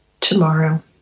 Tomorrow